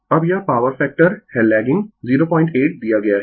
अब यह power factor है लैगिंग 08 दिया गया है